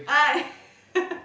ah